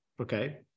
okay